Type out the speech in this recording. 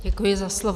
Děkuji za slovo.